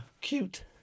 cute